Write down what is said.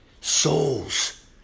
Souls